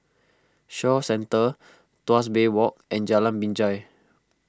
Shaw Centre Tuas Bay Walk and Jalan Binjai